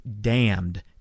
damned